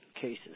cases